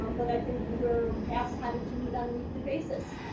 um but i think we are past having to meet on a weekly basis.